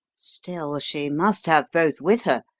still she must have both with her,